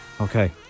Okay